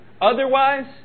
Otherwise